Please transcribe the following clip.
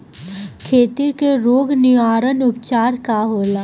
खेती के रोग निवारण उपचार का होला?